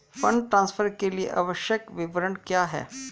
Fund transfer के लिए आवश्यक विवरण क्या हैं?